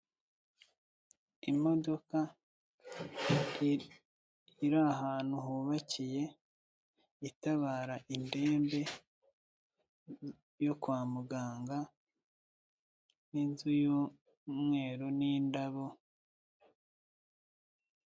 Imodoka, iri ahantu hubakiye, itabara indembe, yo kwa muganga n'inzu y'umweru n'indabo.